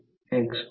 तर 10 1